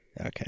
Okay